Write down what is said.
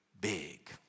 big